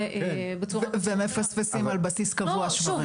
בצורה מספיק טובה --- ומפספסים על בסיס קבוע שברים.